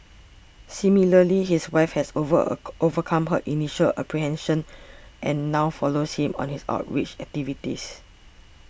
similarly his wife has over a overcome her initial apprehension and now follows him on his outreach activities